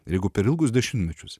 ir jeigu per ilgus dešimtmečius